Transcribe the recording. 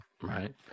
right